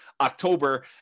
October